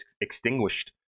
extinguished